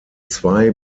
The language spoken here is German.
zwei